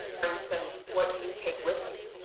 for instance, what do you take with you?